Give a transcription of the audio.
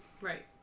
Right